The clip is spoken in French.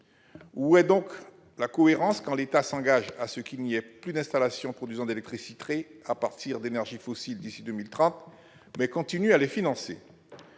Où donc est la cohérence quand l'État s'engage à ce qu'il n'y ait plus d'installations produisant d'électricité à partir d'énergies fossiles d'ici à 2030, mais qu'il continue à les financer ?